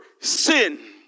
sin